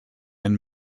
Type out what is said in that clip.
and